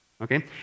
okay